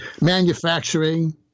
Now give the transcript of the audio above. Manufacturing